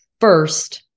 first